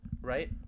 right